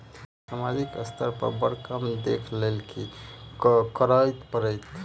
Sir सामाजिक स्तर पर बर काम देख लैलकी करऽ परतै?